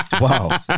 Wow